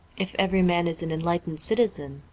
if every man is an enlightened citizen,